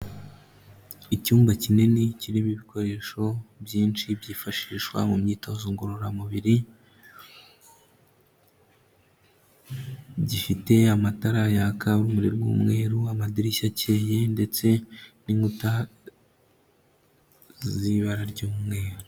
Icyumba kinini kirimo ibikoresho byinshi byifashishwa mu myitozo ngororamubiri, gifite amatara yaka urumuri rw'umweru amadirishya akeye ndetse n'inkuta z'ibara ry'umweru.